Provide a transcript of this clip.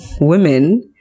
women